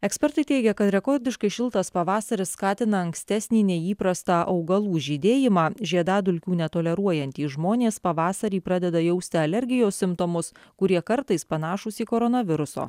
ekspertai teigia kad rekordiškai šiltas pavasaris skatina ankstesnį neįprastą augalų žydėjimą žiedadulkių netoleruojantys žmonės pavasarį pradeda jausti alergijos simptomus kurie kartais panašūs į koronaviruso